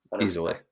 easily